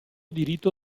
diritto